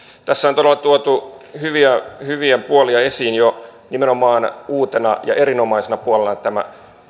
tässä on todella tuotu hyviä hyviä puolia esiin jo nimenomaan uutena ja erinomaisena puolena tämä